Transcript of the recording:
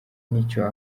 n’icyo